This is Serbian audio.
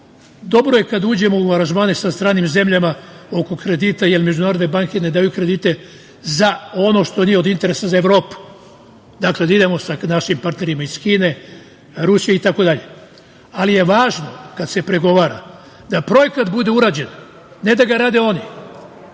dobro je kada uđemo u aranžmane sa stranim zemljama oko kredita, jer međunarodne banke ne daju kredite za ono što nije od interesa za Evropu. Dakle, da idemo sa našim partnerima iz Kine, Rusije itd, ali je važno kad se pregovara da projekat bude urađen, ne da ga rade oni.